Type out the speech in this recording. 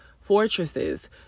fortresses